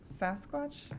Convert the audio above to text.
Sasquatch